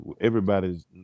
everybody's